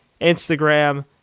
Instagram